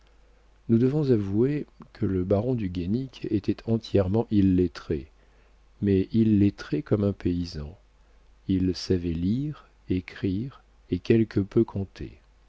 nous devons avouer que le baron du guénic était entièrement illettré mais illettré comme un paysan il savait lire écrire et quelque peu compter